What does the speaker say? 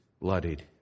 bloodied